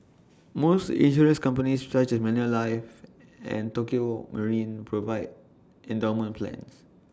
most insurance companies such as Manulife and Tokio marine provide endowment plans